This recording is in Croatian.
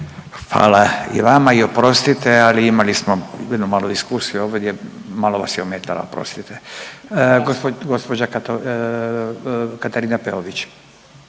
Fala i vama i oprostite, ali imali smo, bilo je malo diskusije ovdje, malo vas je ometalo, oprostite. Gđa. Katarina Peović.